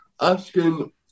asking